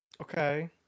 Okay